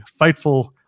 Fightful